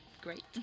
Great